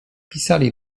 pisali